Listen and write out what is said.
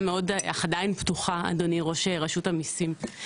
מאוד אך עדיין פתוחה, אדוני ראש רשות המיסים.